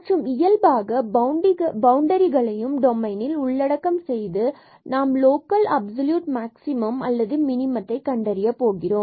மற்றும் இயல்பாக பவுண்டரிகளையும் டொமைனில் உள்ளடக்கம் செய்து நாம் லோக்கல் அப்ஸொலியூட் மேக்ஸிமம் அல்லது மினிமத்தை கண்டறிய போகிறோம்